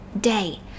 day